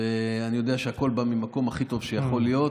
ואני יודע שהכול בא ממקום הכי טוב שיכול להיות.